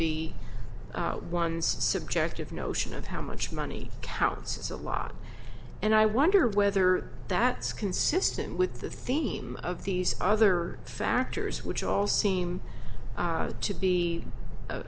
be one subjective notion of how much money counts as a lot and i wonder whether that's consistent with the theme of these other factors which all seem to be